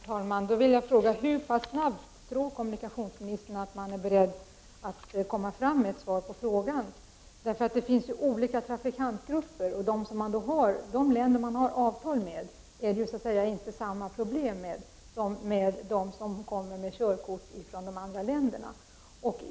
Herr talman! Då vill jag fråga: Hur pass snabbt tror kommunikationsministern att man är beredd att komma fram med ett svar på frågan? Det finns ju olika sorters trafikantgrupper. Det är så att säga inte samma problem med personer med körkort från de länder som vi har slutit avtal med som det är med dem som har körkort från andra länder.